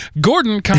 Gordon